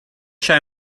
show